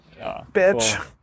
bitch